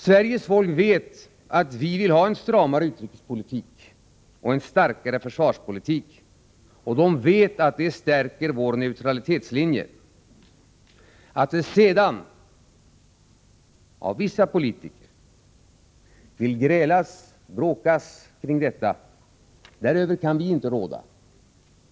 Sveriges folk vet att vi vill ha en stramare utrikespolitik och en starkare försvarspolitik, och Sveriges folk vet att det stärker vår neutralitetslinje. Att det sedan av vissa politiker vill grälas och bråkas kring detta, däröver kan vi inte råda.